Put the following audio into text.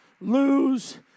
lose